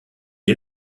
est